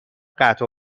قطع